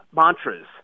mantras